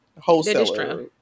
Wholesaler